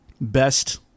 best